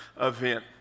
event